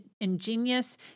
ingenious